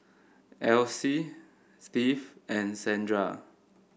Else Steve and Zandra